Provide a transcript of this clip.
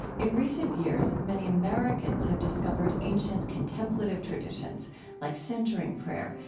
in recent years, many americans have discovered ancient contemplative traditions like centering prayer,